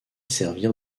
servir